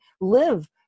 live